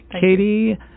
Katie